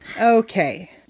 Okay